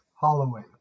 Holloway